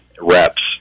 reps